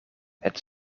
het